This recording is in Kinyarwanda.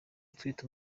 utwite